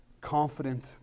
confident